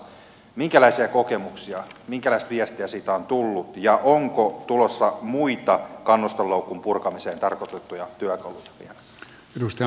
minkälaisia kokemuksia minkälaista viestiä siitä on tullut ja onko tulossa muita kannusteloukun purkamiseen tarkoitettuja työkaluja vielä